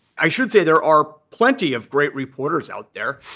i should say there are plenty of great reporters out there.